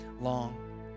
long